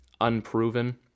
unproven